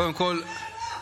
חמסה חמסה.